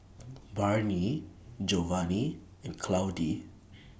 Barney Jovanni and Claudie